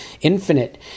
Infinite